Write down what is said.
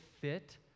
fit